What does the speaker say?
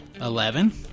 Eleven